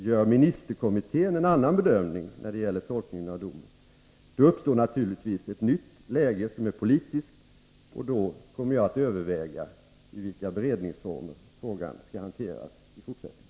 Gör ministerkommittén en annan bedömning när det gäller tolkningen av domen, uppstår naturligtvis ett nytt läge, som får bedömas politiskt, och då kommer jag att överväga i vilka beredningsformer frågan skall hanteras i fortsättningen.